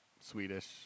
Swedish